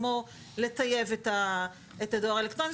כמו לטייב את הדואר האלקטרוני.